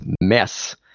mess